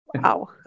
Wow